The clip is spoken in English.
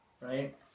right